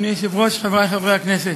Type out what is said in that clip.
אדוני היושב-ראש, חברי חברי הכנסת,